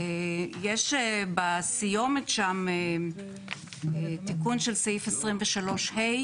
יש בסיומת שם תיקון של סעיף 23 ה'